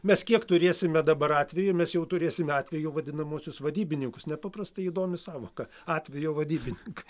mes kiek turėsime dabar atvejų mes jau turėsime atvejų vadinamuosius vadybininkus nepaprastai įdomi sąvoka atvejo vadybininkai